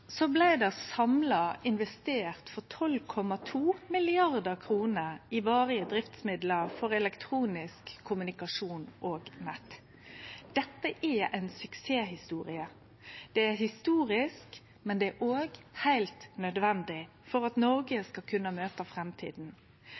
det samla investert for 12,2 mrd. kr i varige driftsmiddel for elektronisk kommunikasjon og nett. Dette er ei suksesshistorie. Det er historisk, men det er òg heilt nødvendig for at Noreg